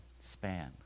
span